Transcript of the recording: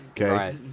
Okay